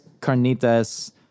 carnitas